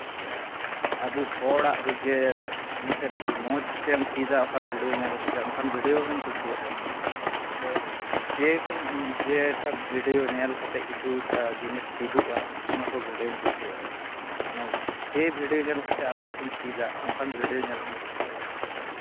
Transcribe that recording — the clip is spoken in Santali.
ᱥᱮ ᱟᱵᱚ ᱦᱚᱲᱟᱜ ᱫᱚ ᱡᱮ ᱢᱤᱫᱴᱮᱱ ᱢᱚᱡᱮᱢ ᱪᱮᱫᱟ ᱚᱠᱟ ᱵᱷᱤᱰᱭᱳ ᱧᱮᱞ ᱠᱟᱛᱮᱫ ᱚᱝᱠᱟᱱ ᱵᱷᱤᱰᱤᱭᱳ ᱦᱚᱧ ᱠᱩᱥᱤᱣᱟᱜᱼᱟᱹᱧ ᱥᱮ ᱡᱮᱠᱳᱱᱳ ᱡᱮ ᱴᱟ ᱵᱷᱤᱰᱤᱭᱳ ᱧᱮᱞ ᱠᱟᱛᱮᱫ ᱠᱤᱪᱷᱩᱴᱟ ᱡᱤᱱᱤᱥ ᱪᱮᱫᱚᱜᱼᱟ ᱚᱱᱟ ᱠᱚ ᱵᱷᱤᱰᱭᱳᱧ ᱠᱩᱥᱤᱭᱟᱜᱼᱟ ᱢᱟᱱᱮ ᱡᱮ ᱵᱷᱤᱰᱤᱭᱳ ᱧᱮᱞ ᱠᱟᱛᱮᱫ ᱟᱢ ᱠᱤᱪᱷᱩᱢ ᱪᱮᱫᱟ ᱚᱝᱠᱟᱱ ᱵᱷᱤᱰᱭᱳ ᱧᱮᱞ ᱦᱩᱧ ᱠᱩᱥᱤᱭᱟᱜᱼᱟ